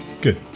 good